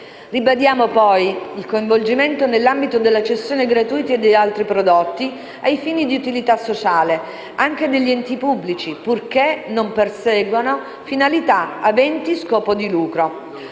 Ribadiamo poi il coinvolgimento, nell'ambito della cessione gratuita di altri prodotti a fini di utilità sociale, anche degli enti pubblici, purché non perseguano finalità aventi scopo di lucro.